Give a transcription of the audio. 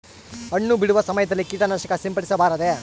ಹಣ್ಣು ಬಿಡುವ ಸಮಯದಲ್ಲಿ ಕೇಟನಾಶಕ ಸಿಂಪಡಿಸಬಾರದೆ?